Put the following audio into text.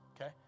Okay